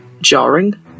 jarring